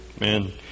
man